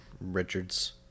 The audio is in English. Richards